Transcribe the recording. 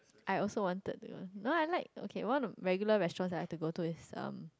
I also wanted do you want no I like okay one of regular restaurants that I like to go to is um